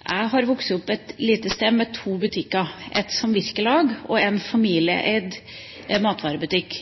Jeg vokste opp på et lite sted med to butikker, et samvirkelag og en familieeid matvarebutikk.